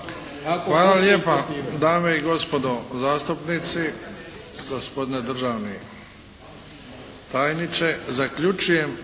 Hvala lijepa. Dame i gospodo zastupnici, gospodine državni tajniče